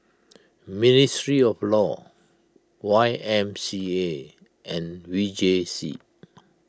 ministry of law Y M C A and V J C